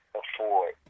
afford